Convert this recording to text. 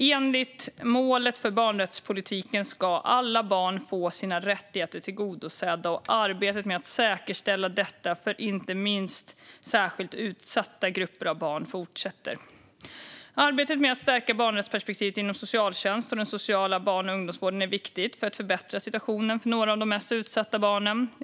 Enligt målet för barnrättspolitiken ska alla barn få sina rättigheter tillgodosedda, och arbetet med att säkerställa detta för inte minst särskilt utsatta grupper av barn fortsätter. Arbetet med att stärka barnrättsperspektivet inom socialtjänst och den sociala barn och ungdomsvården är viktigt för att förbättra situationen för några av de mest utsatta barnen.